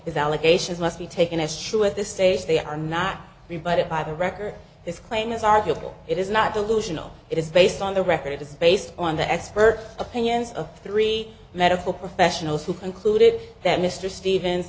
his allegations must be taken as true at this stage they are not rebut it by the record this claim is arguable it is not delusional it is based on the record it is based on the expert opinions of three medical professionals who concluded that mr steven